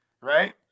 Right